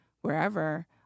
wherever